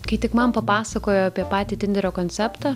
kai tik man papasakojo apie patį tinderio konceptą